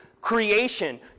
creation